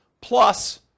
plus